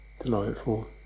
delightful